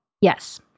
Yes